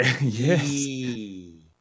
yes